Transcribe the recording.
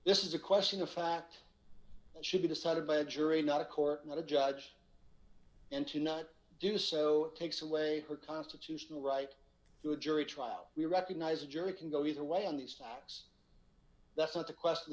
this is a question of fact and should be decided by a jury not a court not a judge and to not do so d takes away her constitutional right to a jury trial we recognize a jury can go either way on these facts that's not the question the